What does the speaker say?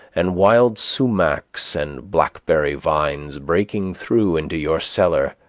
and wild sumachs and blackberry vines breaking through into your cellar